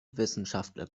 wissenschaftler